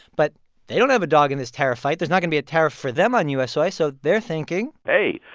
but they don't have a dog in this tariff fight. there's not going be a tariff for them on u s. soy. so they're thinking. hey,